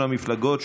זה מימון המפלגות,